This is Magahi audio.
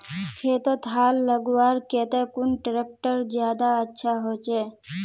खेतोत हाल लगवार केते कुन ट्रैक्टर ज्यादा अच्छा होचए?